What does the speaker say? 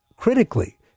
Critically